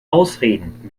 ausreden